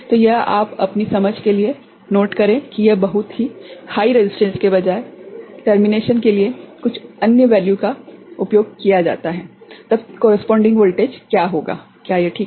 तो यह आप अपनी समझ के लिए नोट करे की यदि एक बहुत ही उच्च प्रतिरोध के बजाय समाप्ति के लिए कुछ अन्य मान का उपयोग किया जाता है तब संबन्धित वोल्टेज क्या होगा क्या यह ठीक है